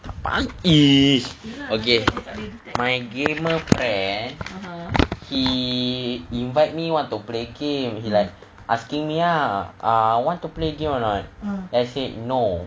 !ee! okay my gamer friend he invite me want to play game he like asking me ah ah want to play game or not then I said no